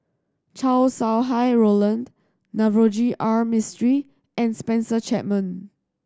Chow Sau Hai Roland Navroji R Mistri and Spencer Chapman